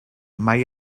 mai